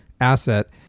asset